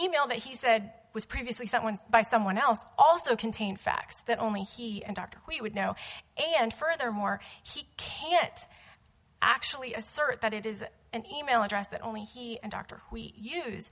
e mail that he said was previously sent once by someone else also contain facts that only he and dr we would know and furthermore he can it actually assert that it is an e mail address that only he and dr we use